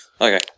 Okay